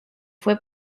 fue